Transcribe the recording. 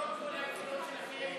למרות כל התפילות שלכם,